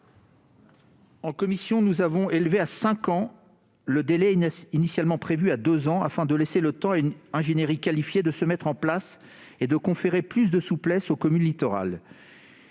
en commission, à cinq ans le délai initialement prévu à deux ans, afin de laisser le temps à une ingénierie qualifiée de se mettre en place et de conférer plus de souplesse aux communes littorales.